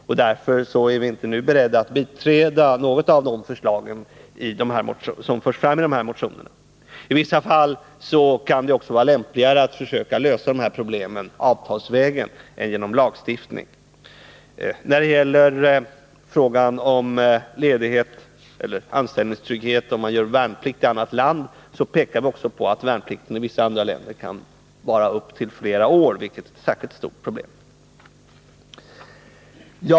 Utskottet är därför inte berett att tillstyrka något av de förslag som förs fram i dessa motioner. I vissa fall kan det också vara lämpligare att lösa dessa problem avtalsvägen än genom lagstiftning. När det gäller frågan om anställningstrygghet för utländska medborgare som fullgör värnplikt i annat land pekar utskottet också på att värnpliktstiden i vissa andra länder kan vara mycket lång och omfatta flera år, vilket är ett särskilt stort problem.